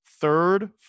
third